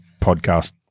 podcast